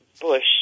bush